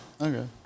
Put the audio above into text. Okay